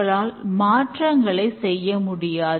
உங்களால் வாட்டர்ஃபால் மாடலில் நிலைகளை கண்டறிய முடியுமா